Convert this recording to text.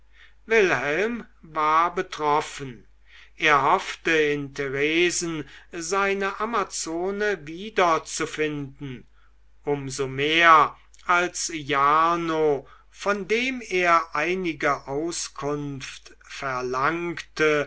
wilhelm war betroffen er hoffte in theresen seine amazone wiederzufinden um so mehr als jarno von dem er einige auskunft verlangte